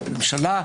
ממשלה,